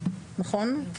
נכון?